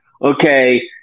Okay